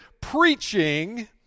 preaching